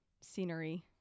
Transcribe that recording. scenery